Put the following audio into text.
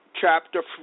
chapter